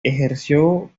ejerció